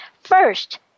first